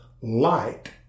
light